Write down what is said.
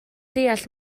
deall